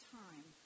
time